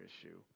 issue